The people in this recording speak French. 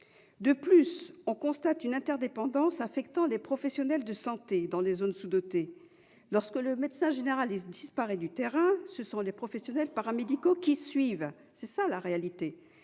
De plus, on constate une interdépendance entre les professionnels de santé dans les zones sous-dotées. Lorsque le médecin généraliste disparaît du terrain, ce sont les professionnels paramédicaux qui suivent. Telle est la réalité.